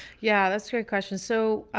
yeah, that's fair question. so